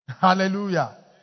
Hallelujah